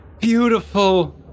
beautiful